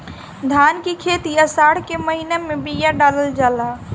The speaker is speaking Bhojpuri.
धान की खेती आसार के महीना में बिया डालल जाला?